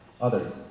Others